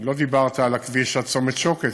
לא דיברת על הכביש עד צומת שוקת,